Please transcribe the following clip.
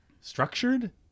structured